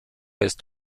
jest